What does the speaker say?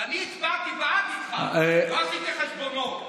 ואני הצבעתי בעד איתך, לא עשיתי חשבונות.